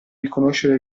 riconoscere